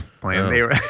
playing